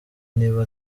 niba